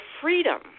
freedom